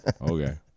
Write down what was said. Okay